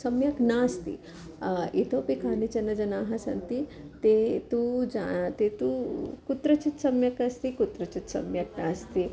सम्यक् नास्ति इतोपि कानिचन जनाः सन्ति ते तु जा ते तु कुत्रचित् सम्यक् अस्ति कुत्रचित् सम्यक् नास्ति